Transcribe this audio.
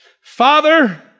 Father